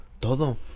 Todo